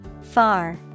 Far